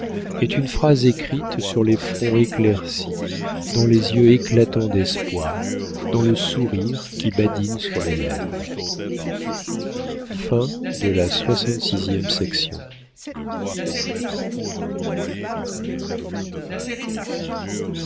est une phrase écrite sur les fronts éclaircis dans les yeux éclatants d'espoir dans le sourire qui badine sur les lèvres